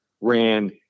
ran